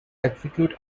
execute